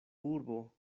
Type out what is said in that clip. urbo